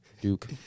Duke